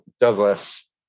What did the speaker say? Douglas